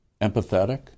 empathetic